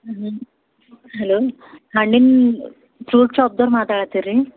ನಿಮ್ಮ ಹಲೋ ಹಾಂ ನಿಮ್ಮ ಫ್ರೂಟ್ ಶಾಪ್ದವ್ರು ಮಾತಾಡ್ಲತ್ತೀರಿ